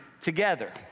together